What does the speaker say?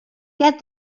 get